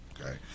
Okay